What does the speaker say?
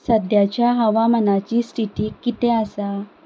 सद्याच्या हवामानाची स्थिती कितें आसा